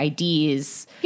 IDs